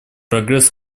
прогресс